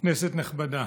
כנסת נכבדה,